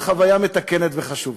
זאת חוויה מתקנת וחשובה.